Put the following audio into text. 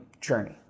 journey